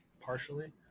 partially